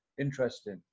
interesting